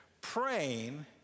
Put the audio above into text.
praying